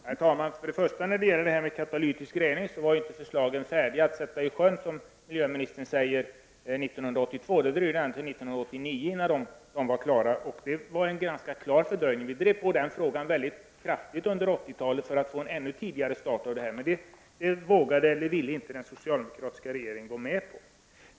Herr talman! När det gäller katalytisk rening var inte förslagen färdiga att sätta i sjön år 1982, som miljöministern säger. Det dröjde ända till år 1989 innan de blev klara. Det var en ganska lång fördröjning. Vi drev på frågan mycket kraftigt under 1980-talet för att få en ännu tidigare start av det här. Det vågade, eller ville, inte den socialdemokratiska regeringen gå med på.